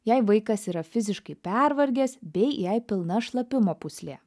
jei vaikas yra fiziškai pervargęs bei jei pilna šlapimo pūslė